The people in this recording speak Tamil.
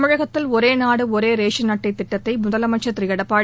தமிழகத்தில் ஒரே நாடு ஒரே ரேஷன் அட்டை திட்டத்தை முதலமைச்சர் திரு எடப்பாடி